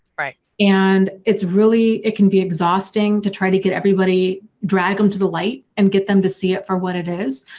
right and it's really. it can be exhausting to try to get everybody, drag them to the light and get them to see it for what it is.